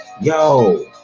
yo